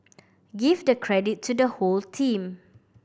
give the credit to the whole team